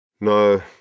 No